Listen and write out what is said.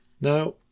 now